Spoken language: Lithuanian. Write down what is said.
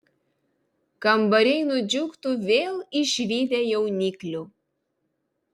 kambariai nudžiugtų vėl išvydę jauniklių